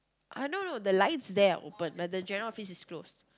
ah no no the lights there are open but the general office is closed